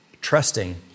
trusting